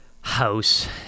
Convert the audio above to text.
house